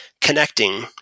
connecting